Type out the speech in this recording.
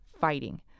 fighting